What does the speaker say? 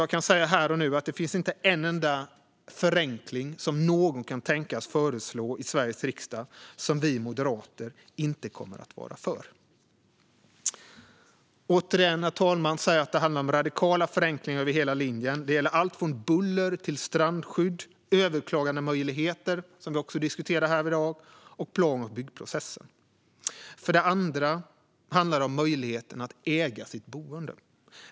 Jag kan säga här och nu att det inte finns en enda förenkling som någon kan tänkas föreslå i Sveriges riksdag som vi moderater inte kommer att vara för. Återigen, herr talman: Det handlar om radikala förenklingar över hela linjen. Det gäller allt från buller och strandskydd till överklagandemöjligheter, som vi också diskuterar här i dag, och plan och byggprocessen. För det andra handlar det om möjligheten att äga sitt boende.